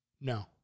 No